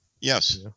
Yes